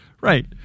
Right